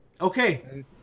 Okay